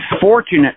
fortunate